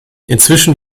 inzwischen